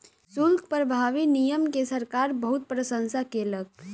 शुल्क प्रभावी नियम के सरकार बहुत प्रशंसा केलक